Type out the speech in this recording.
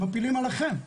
הם מפילים עליכם,